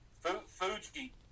fuji